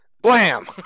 Blam